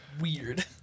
weird